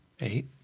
Eight